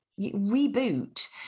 reboot